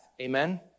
Amen